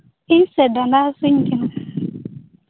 ᱤᱧ ᱥᱮ ᱰᱟᱸᱰᱟ ᱦᱟᱹᱥᱩᱧ ᱠᱟᱱᱟ